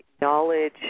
knowledge